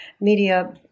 media